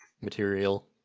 material